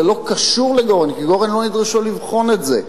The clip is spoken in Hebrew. זה לא קשור לגורן כי גורן לא נדרשו לבחון את זה.